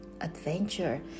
adventure